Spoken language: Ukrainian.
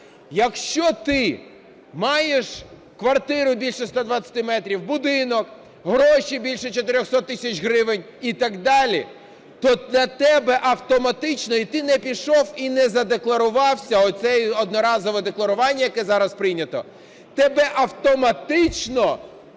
Якщо ти маєш квартиру більше 120 метрів, будинок, гроші більше 400 тисяч гривень і так далі, то тебе автоматично, і ти не пішов, і не задекларував оце одноразове декларування, яке зараз прийнято, тебе автоматично